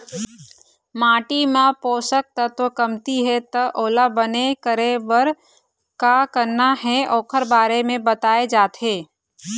माटी म पोसक तत्व कमती हे त ओला बने करे बर का करना हे ओखर बारे म बताए जाथे